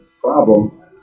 problem